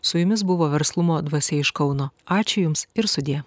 su jumis buvo verslumo dvasia iš kauno ačiū jums ir sudie